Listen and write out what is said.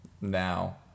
Now